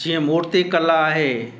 जीअं मुर्ती कला आहे